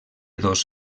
dos